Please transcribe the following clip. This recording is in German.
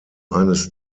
eines